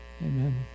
Amen